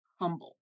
humble